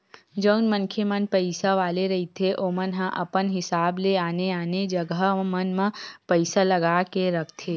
जउन मनखे मन पइसा वाले रहिथे ओमन ह अपन हिसाब ले आने आने जगा मन म पइसा लगा के रखथे